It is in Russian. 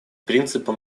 принципа